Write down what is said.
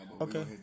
Okay